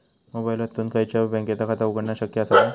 मोबाईलातसून खयच्याई बँकेचा खाता उघडणा शक्य असा काय?